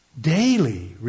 Daily